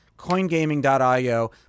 Coingaming.io